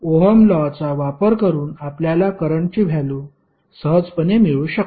ohm law चा वापर करुन आपल्याला करंटची व्हॅल्यु सहजपणे मिळू शकते